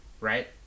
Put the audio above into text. Right